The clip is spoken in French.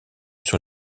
sur